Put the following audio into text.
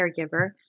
caregiver